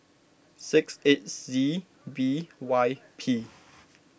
six eight Z B Y P